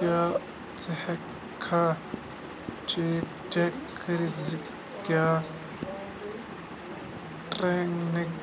کیٛاہ ژٕ ہیٚککھا چیک کٔرتھ زِ کیٛاہ ٹرٛینِنٛگ